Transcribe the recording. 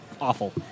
awful